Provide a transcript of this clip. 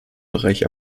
bereich